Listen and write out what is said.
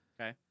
Okay